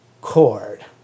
chord